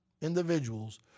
individuals